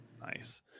Nice